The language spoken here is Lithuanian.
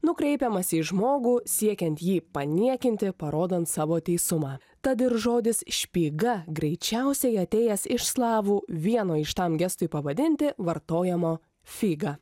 nukreipiamas į žmogų siekiant jį paniekinti parodant savo teisumą tad ir žodis špyga greičiausiai atėjęs iš slavų vieno iš tam gestui pavadinti vartojamo figa